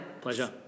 Pleasure